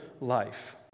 life